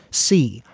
c,